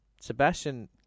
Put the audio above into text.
Sebastian